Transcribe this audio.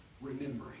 remembering